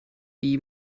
wie